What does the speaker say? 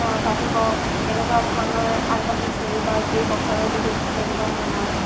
পাতিব কেনেকুৱা ধৰণৰ আগবাঢ়িছে এইবাৰ এই বছৰৰ বিহুত তেনেকুৱা ধৰণৰ